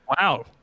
Wow